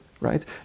right